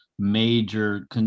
Major